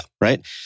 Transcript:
right